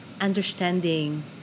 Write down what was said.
understanding